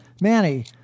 Manny